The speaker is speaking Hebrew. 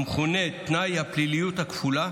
המכונה תנאי הפליליות הכפולה,